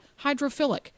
hydrophilic